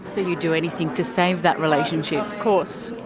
so you'd do anything to save that relationship? of course.